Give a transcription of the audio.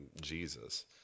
Jesus